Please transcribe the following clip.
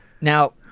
Now